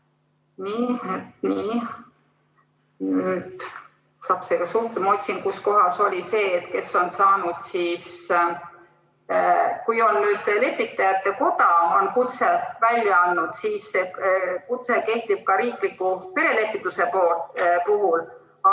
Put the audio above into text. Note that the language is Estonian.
Kui lepitajate koda on kutse välja andnud, siis see kutse kehtib ka riikliku perelepituse puhul,